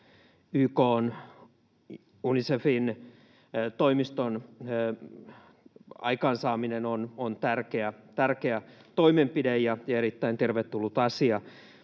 YK:n Unicefin toimiston aikaansaaminen on tärkeä toimenpide ja erittäin tervetullut asia.